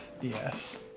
yes